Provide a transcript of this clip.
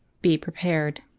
be prepared.